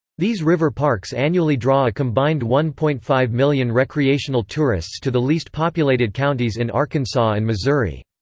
these river parks annually draw a combined one point five million recreational tourists to the least populated counties in arkansas and missouri.